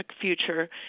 future